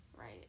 right